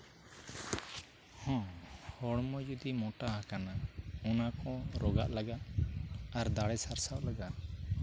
ᱦᱚᱸ ᱦᱚᱲᱢᱚ ᱡᱩᱫᱤ ᱢᱚᱴᱟ ᱟᱠᱟᱱᱟ ᱚᱱᱟ ᱠᱷᱚᱱ ᱨᱳᱜᱟᱜ ᱞᱟᱹᱜᱤᱫ ᱟᱨ ᱫᱟᱲᱮ ᱥᱟᱨᱥᱟᱣ ᱞᱟᱹᱜᱤᱫ